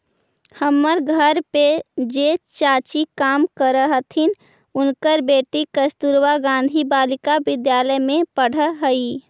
हमर घर पर जे चाची काम करऽ हथिन, उनकर बेटी कस्तूरबा गांधी बालिका विद्यालय में पढ़ऽ हई